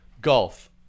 Golf